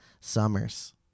Summers